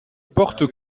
porte